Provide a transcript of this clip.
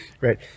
Right